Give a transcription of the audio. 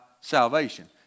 salvation